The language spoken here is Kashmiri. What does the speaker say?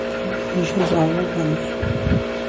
بہٕ چھُس زانان پَنٕنُے